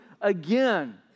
again